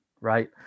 right